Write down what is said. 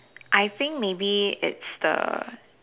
I think maybe it's the